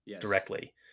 directly